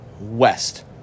west